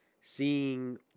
seeing